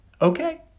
okay